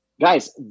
guys